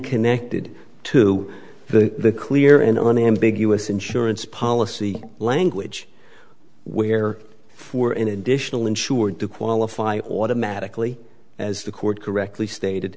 connected to the clear and unambiguous insurance policy language where for an additional insured to qualify automatically as the court correctly stated